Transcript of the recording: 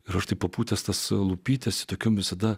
ir aš taip papūtęs tas lūpytes su tokiom visada